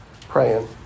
praying